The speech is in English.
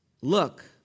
Look